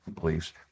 beliefs